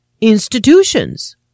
institutions